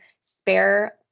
spare